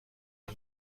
این